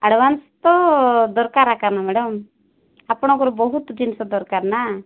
advance ତ ଦରକାର ଏକା ନା ମ୍ୟାଡ଼ାମ୍ ଆପଣଙ୍କର ବହୁତ ଜିନିଷ ଦରକାର ନା